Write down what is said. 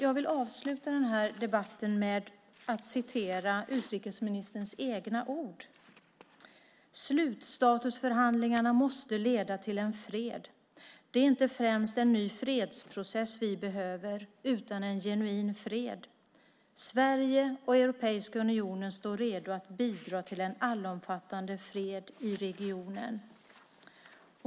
Jag vill avsluta den här debatten med utrikesministerns egna ord: Slutstatusförhandlingarna måste leda till en fred. Det är inte främst en ny fredsprocess vi behöver utan en genuin fred. Sverige och Europeiska unionen står redo att bidra till en allomfattande fred i regionen.